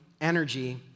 energy